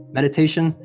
meditation